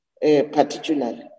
particularly